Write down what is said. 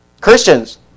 Christians